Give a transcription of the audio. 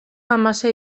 hamasei